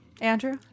andrew